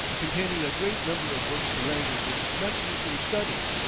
containing a great number of books in languages not usually studied,